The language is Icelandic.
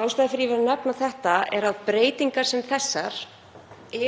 að ég vil nefna þetta er að breytingar sem þessar